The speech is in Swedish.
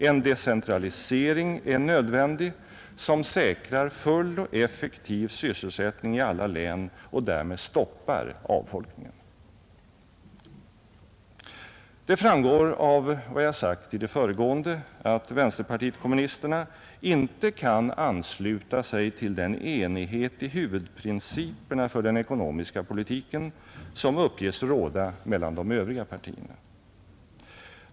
En decentralisering är nödvändig som säkrar full och effektiv sysselsättning i alla län och därmed stoppar avfolkningen. Det framgår av vad jag sagt i det föregående att vänsterpartiet kommunisterna inte kan ansluta sig till den enighet i huvudprinciperna för den ekonomiska politiken som uppges råda mellan de övriga partierna.